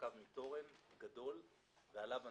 שמורכב מתורן גדול ועליו אנטנות,